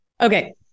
Okay